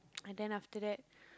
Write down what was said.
ah then after that